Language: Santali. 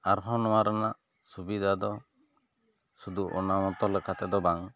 ᱟᱨᱦᱚᱸ ᱱᱚᱣᱟ ᱨᱮᱱᱟᱜ ᱥᱩᱵᱤᱫᱟ ᱫᱚ ᱥᱩᱫᱩ ᱚᱱᱟ ᱢᱚᱛᱚ ᱞᱮᱠᱟ ᱛᱮ ᱫᱚ ᱵᱟᱝ